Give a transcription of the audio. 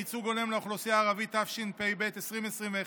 ייצוג הולם לאוכלוסייה הערבית) התשפ"ב 2021,